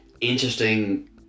interesting